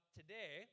today